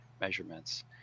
measurements